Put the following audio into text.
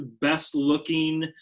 best-looking